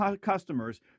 customers